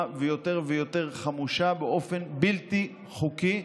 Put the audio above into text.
ויותר ויותר חמושה באופן בלתי חוקי.